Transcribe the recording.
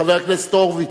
חבר הכנסת הורוביץ,